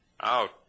Out